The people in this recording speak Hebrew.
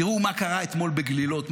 תראו מה קרה אתמול בגלילות,